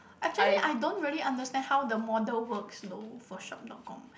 actually I don't really understand how the model works though for shop dot com